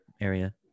area